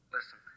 Listen